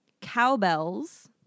Cowbells